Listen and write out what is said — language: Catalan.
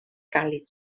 càlid